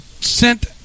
sent